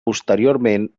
posteriorment